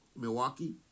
Milwaukee